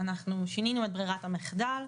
שינינו את בררת המחדל,